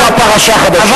זה כבר פרשה חדשה.